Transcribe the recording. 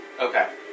Okay